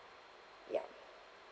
yup